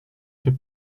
fait